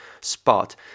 spot